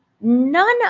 none